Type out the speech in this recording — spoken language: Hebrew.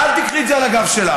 ואל תיקחי את זה על הגב שלך.